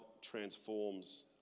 transforms